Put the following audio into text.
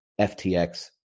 FTX